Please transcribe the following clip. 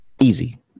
Easy